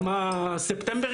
גם ה-11 בספטמבר,